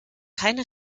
keine